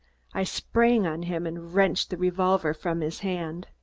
i sprang on him and wrenched the revolver from his hand.